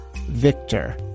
Victor